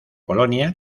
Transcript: polonia